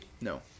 No